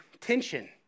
tension